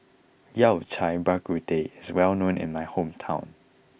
Yao Cai Bak Kut Teh is well known in my hometown